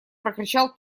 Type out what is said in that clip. прокричал